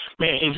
Man